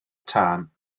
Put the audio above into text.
tân